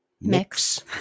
mix